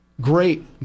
Great